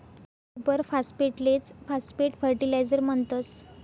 super फास्फेटलेच phosphate fertilizer म्हणतस